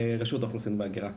רשות האוכלוסין וההגירה.